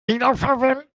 wiederverwenden